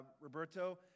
Roberto